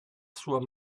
sua